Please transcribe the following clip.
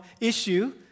issue